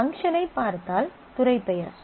function ஐ பார்த்தால் துறை பெயர்